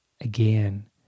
again